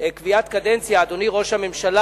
קביעת קדנציה ליועץ משפטי, אדוני ראש הממשלה,